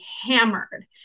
hammered